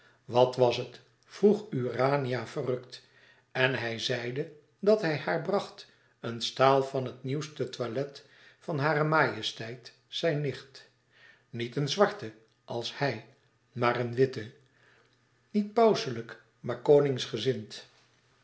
wat was het vroeg urania verrukt en hij zeide dat hij haar bracht een staal van het nieuwste toilet van hare majesteit zijn nicht niet een zwarte als hij maar een witte niet pauselijk maar